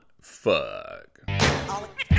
Fuck